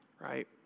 Right